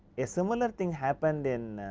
a similar thing happened in